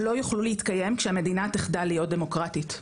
לא יוכלו להתקיים כשהמדינה תחדל להיות דמוקרטית,